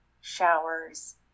showers